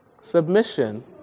Submission